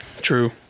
True